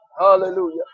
hallelujah